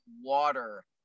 water